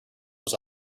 was